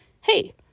Hey